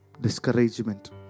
discouragement